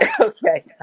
Okay